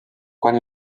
quan